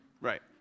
Right